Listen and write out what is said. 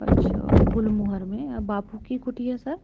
अच्छा गुलमोहर में बापू की कुटिया सर